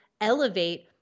elevate